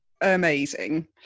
amazing